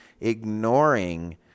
ignoring